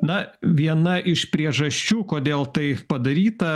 na viena iš priežasčių kodėl tai padaryta